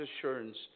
assurance